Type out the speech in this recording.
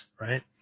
right